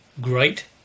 great